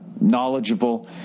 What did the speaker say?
knowledgeable